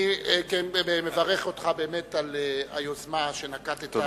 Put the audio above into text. אני מברך אותך באמת על היוזמה שנקטת.